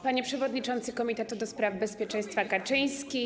Panie Przewodniczący Komitetu ds. Bezpieczeństwa Kaczyński!